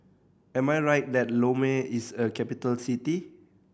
am I right that Lome is a capital city